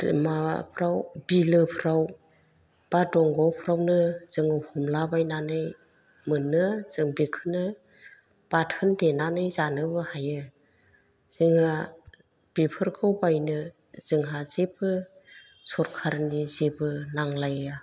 माबाफ्राव बिलोफ्राव बा दंग'फ्रावनो जोङो हमलाबायनानै मोननो जों बेखौनो बाथोन देनानै जानोबो हायो जोंहा बिफोरखौ बायनो जोंहा जेबो सरखारनि जेबो नांलाया